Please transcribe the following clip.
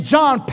John